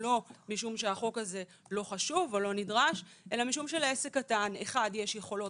זה לא משום שהחוק הזה לא חשוב ולא נדרש אלא משום שלעסק קטן יש יכולות